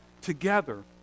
together